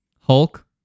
hulk